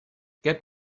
get